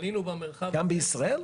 גם בישראל?